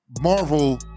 Marvel